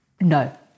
No